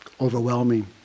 overwhelming